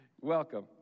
Welcome